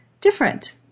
different